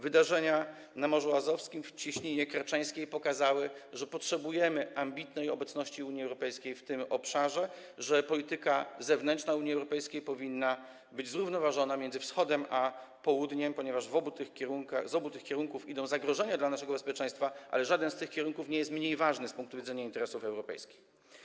Wydarzenia na Morzu Azowskim w Cieśninie Kerczeńskiej pokazały, że potrzebujemy ambitnej obecności Unii Europejskiej w tym obszarze, że polityka zewnętrzna Unii Europejskiej powinna być zrównoważona i osadzona między Wschodem a Południem, ponieważ z obu tych kierunków mogą nadejść zagrożenia dla naszego bezpieczeństwa, ale żaden z tych kierunków nie jest mniej ważny z punktu widzenia interesów europejskich.